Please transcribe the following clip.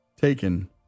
taken